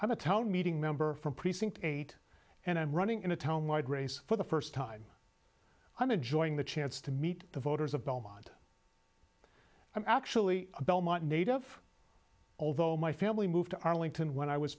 of a town meeting member from precinct eight and i'm running in a town wide race for the first time i'm enjoying the chance to meet the voters of belmont i'm actually a belmont native although my family moved to arlington when i was